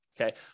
Okay